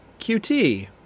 qt